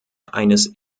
eines